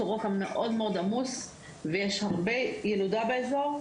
סורוקה מאוד מאוד עמוס ויש הרבה ילודה באזור,